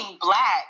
black